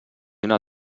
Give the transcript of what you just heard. una